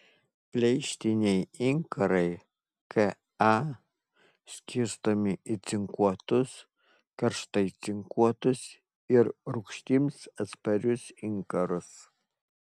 pleištiniai inkarai ka skirstomi į cinkuotus karštai cinkuotus ir rūgštims atsparius inkarus